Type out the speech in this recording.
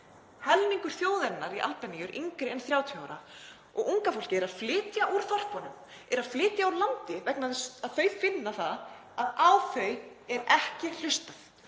Helmingur þjóðarinnar í Albaníu er yngri en 30 ára og unga fólkið er að flytja úr þorpunum, er að flytja úr landi vegna þess að það finnur að á það er ekki hlustað.